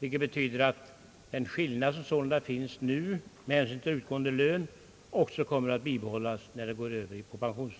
Detta betyder att nuvarande skillnad i utgående lön också kommer att bibehållas vid övergången till pension.